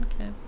Okay